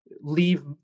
leave